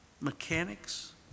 mechanics